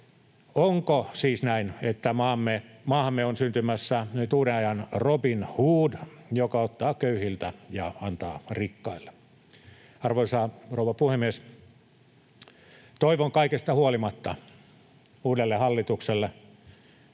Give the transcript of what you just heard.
Onko siis näin, että maahamme on syntymässä nyt uuden ajan Robin Hood, joka ottaa köyhiltä ja antaa rikkaille? Arvoisa rouva puhemies! Toivon kaikesta huolimatta uudelle hallitukselle